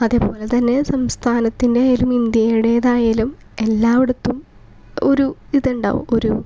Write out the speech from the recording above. അതേപോലെ തന്നെ സംസ്ഥാനത്തിൻ്റെ ആയാലും ഇന്ത്യയുടേതായാലും എല്ലായിടത്തും ഒരു ഇതുണ്ടാവും ഒരു